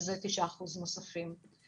שזה 9% נוספים.